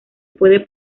puede